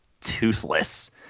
toothless